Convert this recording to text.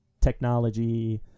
technology